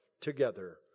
together